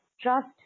trust